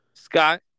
Scott